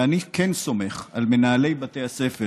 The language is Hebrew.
ואני כן סומך על מנהלי בתי הספר